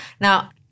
Now